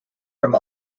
from